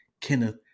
Kenneth